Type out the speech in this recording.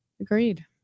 Agreed